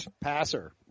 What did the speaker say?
passer